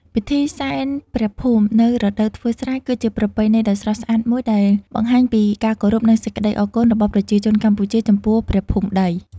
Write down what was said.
ពិធីសែនព្រះភូមិនៅរដូវធ្វើស្រែគឺជាប្រពៃណីដ៏ស្រស់ស្អាតមួយដែលបង្ហាញពីការគោរព និងសេចក្ដីអរគុណរបស់ប្រជាជនកម្ពុជា ចំពោះព្រះភូមិដី។